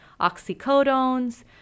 oxycodones